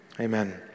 Amen